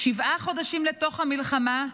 שבעה חודשים לתוך מלחמה,